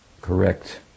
correct